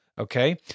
Okay